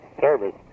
service